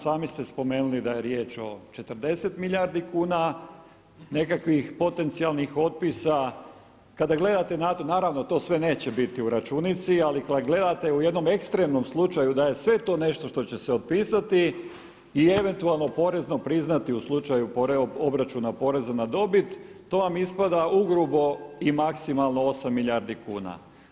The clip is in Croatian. Sami ste spomenuli da je riječ o 40 milijardi kuna nekakvih potencijalnih otpisa, naravno to sve neće biti u računici, ali kada gledate u jednom ekstremnom slučaju da je sve to nešto što će se otpisati i eventualno porezno priznati u slučaju obračuna poreza na dobit, to vam ispada ugrubo i maksimalno osam milijardi kuna.